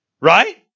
right